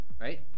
right